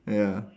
ya